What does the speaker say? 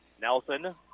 Nelson